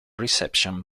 reception